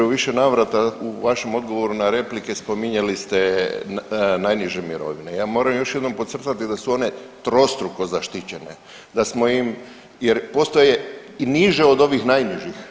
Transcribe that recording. U više navrata u vašem odgovoru na replike spominjali ste najniže mirovine, ja moram još jednom podcrtati da su one trostruko zaštićene jer postoje i niže od ovih najnižih.